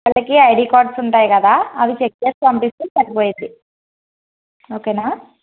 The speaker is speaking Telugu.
వాళ్ళకి ఐడి కార్డ్స్ ఉంటాయి కదా అవి చెక్ చేసి పంపిస్తే సరిపోతుంది ఓకేనా